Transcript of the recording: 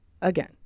Again